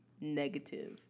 Negative